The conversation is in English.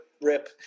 rip